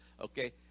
Okay